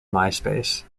myspace